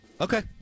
Okay